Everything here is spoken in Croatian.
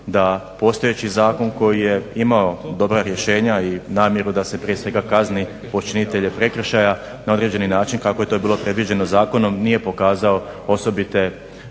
da postojeći zakon koji je imao dobra rješenja i namjeru da se prije svega kazni počinitelje prekršaja na određeni način kako je to bilo predviđeno zakonom nije pokazao osobite